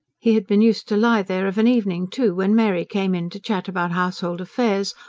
he had been used to lie there of an evening, too, when mary came in to chat about household affairs,